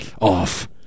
off